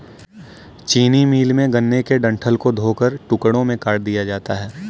चीनी मिल में, गन्ने के डंठल को धोकर टुकड़ों में काट दिया जाता है